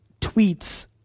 tweets